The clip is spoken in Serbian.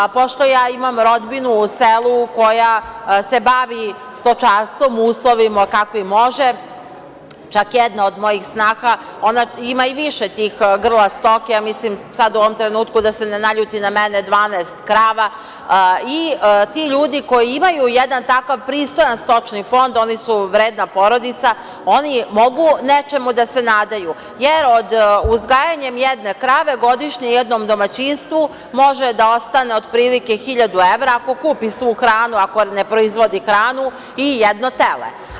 Pošto ja imam rodbinu u selu koje se bavi stočarstvom, u uslovima kakvim može, čak jedna od mojih snaha ima i više grla stoke, ja mislim sadu ovom trenutku, da se ne naljuti na mene, 12 krava, i ti ljudi koji imaju jedan takav pristojan stočni fond, oni su vredna porodica, oni mogu nečemu da se nadaju, jer uzgajanjem jedne krave, godišnje jednom domaćinstvu može da ostane otprilike 1.000 evra ako kupi svu hranu, ako ne proizvodi hranu i jedno tele.